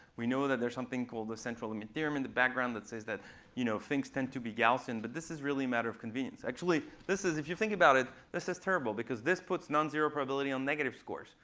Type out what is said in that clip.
we know that there's something called the central limit theorem in the background that says that you know things tend to be gaussian, but this is really a matter of convenience. actually this is, if you think about it, this is terrible because this puts non-zero probability on negative scores.